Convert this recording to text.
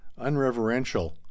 Unreverential